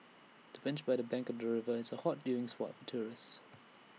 the bench by the bank of the river is A hot viewing spot for tourists